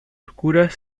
oscuras